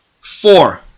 Four